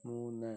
മൂന്ന്